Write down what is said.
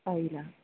file അ